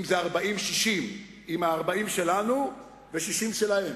זה 40% 60%; אם 40% שלנו ו-60% שלהם.